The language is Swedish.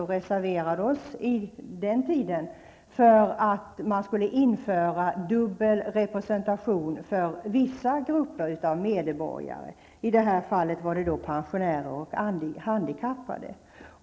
Vi reserverade oss då mot att man skulle införa dubbel representation för vissa grupper av medborgare -- i det här fallet pensionärer och handikappade.